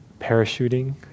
parachuting